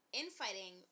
infighting